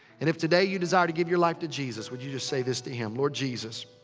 and if today, you desire to give your life to jesus. would you just say this to him, lord jesus,